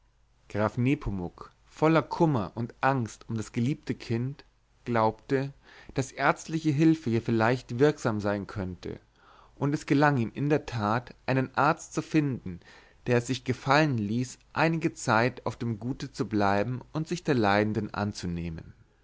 graf nepomuk voll kummer und angst um das geliebte kind glaubte daß ärztliche hülfe hier vielleicht wirksam sein könnte und es gelang ihm in der tat einen arzt zu finden der es sich gefallen ließ einige zeit auf dem gute zu bleiben und sich der leidenden anzunehmen